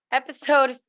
episode